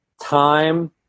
time